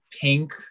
pink